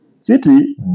city